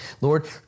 Lord